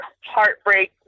heartbreak